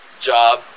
job